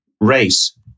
race